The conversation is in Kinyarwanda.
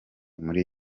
muri